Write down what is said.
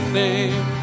name